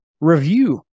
review